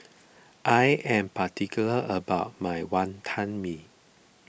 I am particular about my Wantan Mee